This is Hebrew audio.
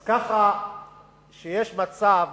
אז ככה כשיש מצב,